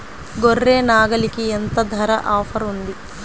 గొర్రె, నాగలికి ఎంత ధర ఆఫర్ ఉంది?